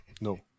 no